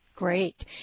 Great